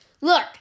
look